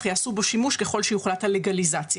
אך יעשו בו שימוש ככל שיוחלט על לגליזציה,